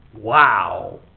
Wow